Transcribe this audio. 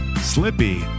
Slippy